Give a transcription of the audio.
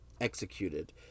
executed